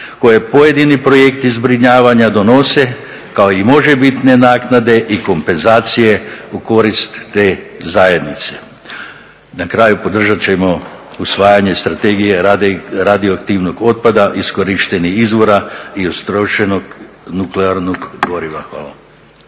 koje pojedini projekti zbrinjavanja donose, kao i možebitne naknade i kompenzacije u korist te zajednice. Na kraju, podržat ćemo usvajanje Strategije radioaktivnog otpada, iskorištenih izvora i istrošenog nuklearnog goriva. Hvala.